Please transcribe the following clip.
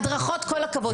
הדרכות כל הכבוד.